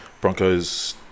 Broncos